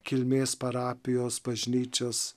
kilmės parapijos bažnyčios